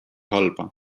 halba